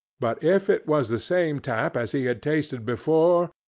but if it was the same tap as he had tasted before,